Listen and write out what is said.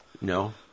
No